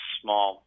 small